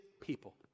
people